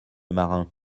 marin